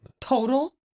total